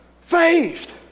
faith